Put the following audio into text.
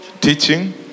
teaching